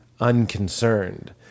unconcerned